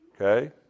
Okay